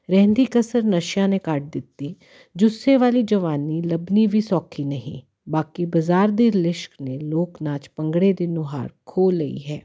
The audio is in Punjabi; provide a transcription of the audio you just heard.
ਰਹਿੰਦੀ ਕਸਰ ਨਸ਼ਿਆਂ ਨੇ ਕੱਢ ਦਿੱਤੀ ਜੁੱਸੇ ਵਾਲੀ ਜਵਾਨੀ ਲੱਭਣੀ ਵੀ ਸੌਖੀ ਨਹੀਂ ਬਾਕੀ ਬਾਜ਼ਾਰ ਦੇ ਲਿਸ਼ਕ ਨੇ ਲੋਕ ਨਾਚ ਭੰਗੜੇ ਦੇ ਨੁਹਾਰ ਖੋਹ ਲਈ ਹੈ